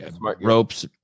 ropes